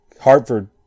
Hartford